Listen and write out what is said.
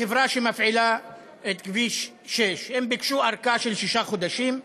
החברה שמפעילה את כביש 6. הם ביקשו ארכה של שישה חודשים.